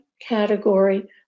category